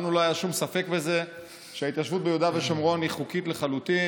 לנו לא היה שום ספק שההתיישבות ביהודה ושומרון היא חוקית לחלוטין,